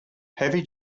heavy